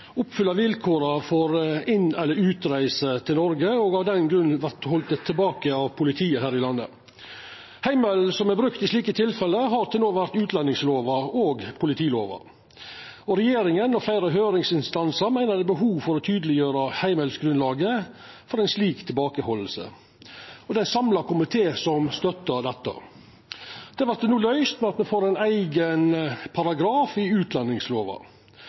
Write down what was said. av den grunn vert haldne tilbake av politiet her i landet. Heimelen som er brukt i slike tilfelle, har til no vore utlendingslova og politilova, og regjeringa og fleire høyringsinstansar meiner det er behov for å tydeleggjera heimelsgrunnlaget for ei slik tilbakehalding. Det er ein samla komité som støttar dette. Det vert no løyst ved at me får ein eigen paragraf i